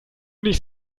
nicht